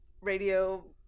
radio